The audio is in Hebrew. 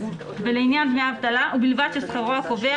ולעניין דמי האבטלה ובלבד ששכרו הקובע